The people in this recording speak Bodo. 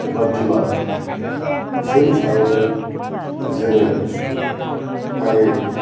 एबा बिमा बिसोरनि सायावनो जोङो माने